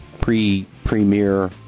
pre-premier